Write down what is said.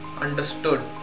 understood